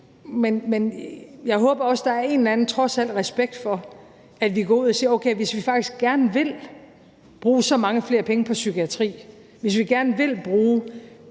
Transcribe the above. Men jeg håber også, der trods alt er en eller anden respekt for, at vi går ud og siger: Okay, hvis vi så faktisk gerne vil bruge så mange flere penge på psykiatri, hvis vi gerne vil bruge